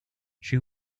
she